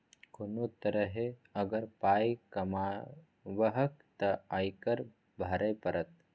कोनो तरहे अगर पाय कमेबहक तँ आयकर भरइये पड़त